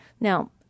Now